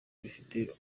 bifite